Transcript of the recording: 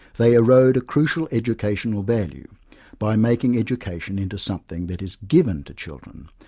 they erode a crucial educational value by making education into something that is given to children,